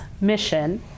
mission